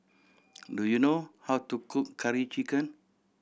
do you know how to cook Curry Chicken